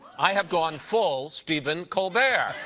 i have gone full stephen colbert!